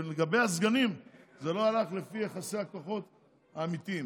שלגבי הסגנים זה לא הלך לפי יחסי הכוחות האמיתיים.